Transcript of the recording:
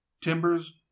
Timbers